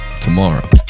tomorrow